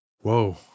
Whoa